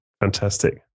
fantastic